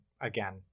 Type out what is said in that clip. again